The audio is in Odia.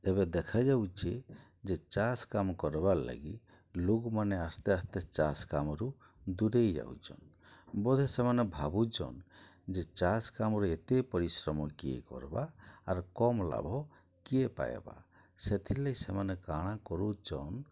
ଏବେ ଦେଖାଯାଉଛେ ଯେ ଚାଷ୍ କାମ୍ କର୍ବାର୍ଲାଗି ଲୋକ୍ମାନେ ଆସ୍ତେ ଆସ୍ତେ ଚାଷ୍ କାମ୍ରୁ ଦୂରେଇ ଯାଉଚନ୍ ବୋଧେ ସେମାନେ ଭାବୁଚନ୍ ଯେ ଚାଷ୍ କାମ୍ରେ ଏତେ ପରିଶ୍ରମ କିଏ କର୍ବା ଆର୍ କମ୍ ଲାଭ କିଏ ପାଏବା ସେଥିର୍ଲାଗି ସେମାନେ କାଣା କରୁଚନ୍